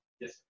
Yes